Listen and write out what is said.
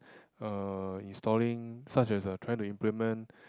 uh installing such as uh trying to implement